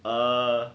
uh